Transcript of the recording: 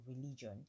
religion